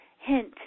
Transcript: Hint